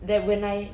that when I